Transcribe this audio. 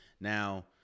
Now